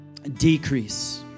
decrease